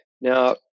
Now